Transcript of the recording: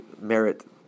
merit